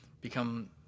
become